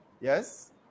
yes